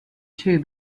too